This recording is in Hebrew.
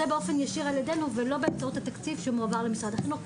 זה באופן ישיר על ידינו ולא באמצעות התקציב שמועבר למשרד החינוך.